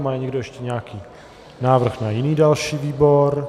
Má ještě nějaký návrh na jiný další výbor?